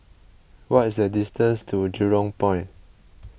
what is the distance to Jurong Point